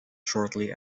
shortly